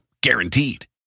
Guaranteed